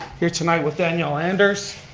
here tonight with danielle anders,